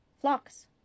flocks